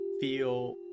feel